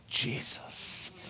Jesus